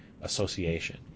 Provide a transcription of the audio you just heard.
association